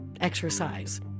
exercise